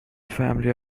family